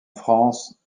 france